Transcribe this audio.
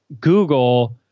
Google